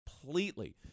completely